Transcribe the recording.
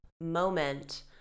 moment